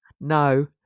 No